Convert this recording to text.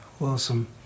Awesome